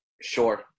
Sure